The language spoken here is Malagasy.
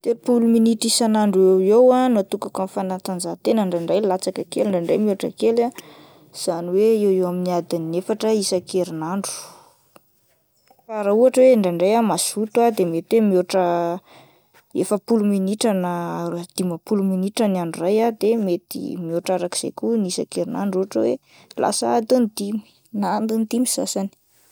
Telopolo minitra isan'andro eo eo ah no atokako amin'ny fanatanjahatena ndraindray latsaka kely ,ndraindray mihoatra kely ah, izany hoe eo eo amin'ny adin'ny efatra isan-kerinandro. Fa raha ohatra hoe indraindray aho mazoto ah de mety hoe mihoatra efapolo minitra na dimapolo minitra ny andro iray ah de mety mihoatra arak'izay koa ny isan-kerinandro ohatra hoe lasa adin'ny dimy na adin'ny dimy sasany.